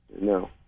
No